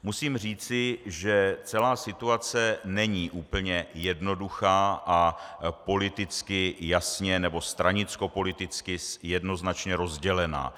Musím říci, že celá situace není úplně jednoduchá a politicky jasně, nebo stranickopoliticky jednoznačně rozdělená.